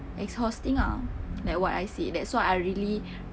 exhausting ah like what I see that's why I really